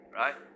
right